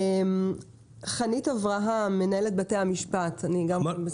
חנית אברהם, מהנהלת בתי המשפט, בבקשה.